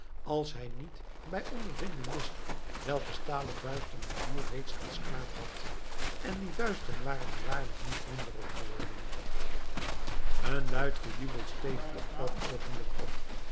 als hij niet bij ondervinding wist welke stalen vuisten die boer reeds als knaap had en die vuisten waren er waarlijk niet minder op geworden een luid gejubel steeg op dat oogenblik op